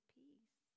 peace